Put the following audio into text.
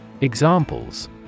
Examples